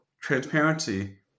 transparency